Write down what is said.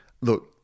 Look